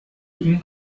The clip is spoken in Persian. این